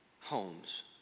homes